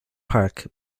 park